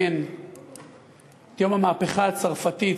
יום המהפכה הצרפתית,